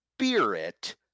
spirit